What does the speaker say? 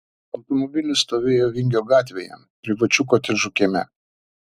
automobilis stovėjo vingio gatvėje privačių kotedžų kieme